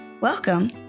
Welcome